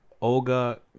olga